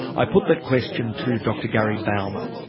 i put that question to dr gary bouma,